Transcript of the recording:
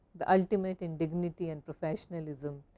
the ultimate in dignity and professionalism.